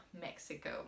Mexico